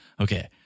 okay